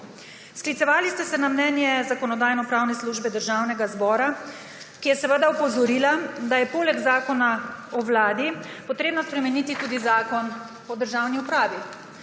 Sklicevali ste se na mnenje Zakonodajno-pravne službe Državnega zbora, ki je seveda opozorila, da je poleg Zakona o Vladi treba spremeniti tudi Zakon o državni upravi.